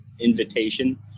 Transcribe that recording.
invitation